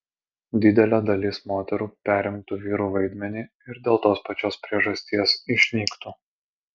didelė dalis moterų perimtų vyrų vaidmenį ir dėl tos pačios priežasties išnyktų